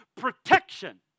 protection